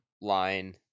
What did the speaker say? line